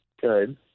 Good